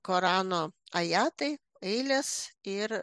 korano ajatai eilės ir